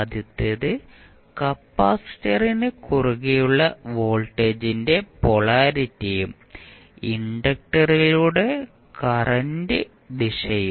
ആദ്യത്തേത് കപ്പാസിറ്ററിന് കുറുകെയുള്ള വോൾട്ടേജിന്റെ പൊളാരിറ്റിയും ഇൻഡക്റ്ററിലൂടെയുള്ള കറന്റ് ദിശയും